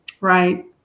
Right